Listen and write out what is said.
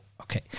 Okay